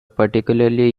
particularly